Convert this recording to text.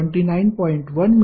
1 मिळेल